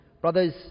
brothers